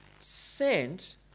Sent